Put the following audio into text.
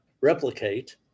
replicate